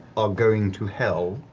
are going to hell.